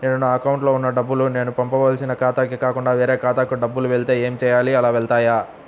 నేను నా అకౌంట్లో వున్న డబ్బులు నేను పంపవలసిన ఖాతాకి కాకుండా వేరే ఖాతాకు డబ్బులు వెళ్తే ఏంచేయాలి? అలా వెళ్తాయా?